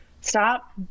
stop